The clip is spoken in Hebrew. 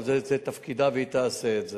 אבל זה תפקידה, והיא תעשה את זה.